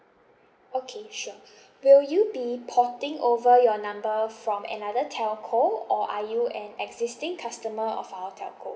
okay sure will you be porting over your number from another telco or are you an existing customer of our telco